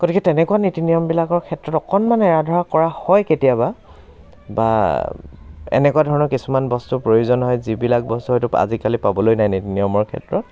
গতিকে তেনেকুৱা নীতি নিয়মবিলাকৰ ক্ষেত্ৰত অকণমান এৰা ধৰা কৰা হয় কেতিয়াবা বা এনেকুৱা ধৰণৰ কিছুমান বস্তুৰ প্ৰয়োজন হয় যিবিলাক বস্তু হয়তো আজিকালি পাবলৈ নাই নীতি নিয়মৰ ক্ষেত্ৰত